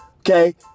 Okay